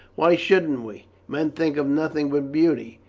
why shouldn't we? men think of nothing but beauty.